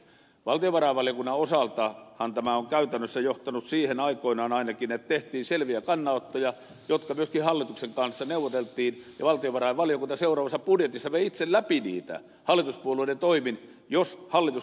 valtiovarainvaliokunnan osaltahan tämä on käytännössä johtanut siihen aikoinaan ainakin että tehtiin selviä kannanottoja jotka myöskin hallituksen kanssa neuvoteltiin ja valtiovarainvaliokunta seuraavassa budjetissa vei itse läpi niitä hallituspuolueiden toimin jos hallitus ei ryhtynyt toimimaan